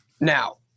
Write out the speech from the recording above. Now